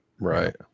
Right